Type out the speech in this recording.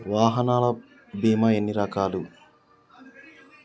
వాహనాల బీమా ఎన్ని రకాలు?